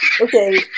Okay